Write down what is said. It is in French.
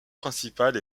principale